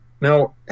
Now